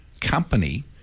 company